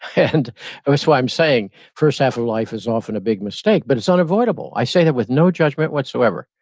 and and that's why i'm saying, first half of life is often a big mistake, but it's unavoidable. i say that with no judgement whatsoever.